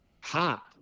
hot